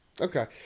okay